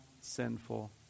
sinful